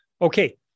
Okay